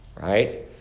right